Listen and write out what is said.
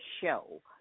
show